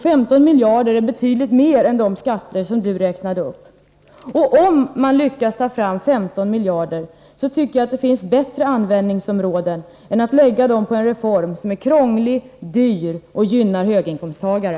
15 miljarder är betydligt mer än vad man skulle få in genom de skatter som Tommy Franzén räknade upp. Om det skulle gå att få fram 15 miljarder, tycker jag att man skulle använda dem inom områden där de gjorde mera nytta än om man använde dem på en reform som är krånglig och dyr och som gynnar höginkomsttagare.